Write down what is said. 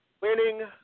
Winning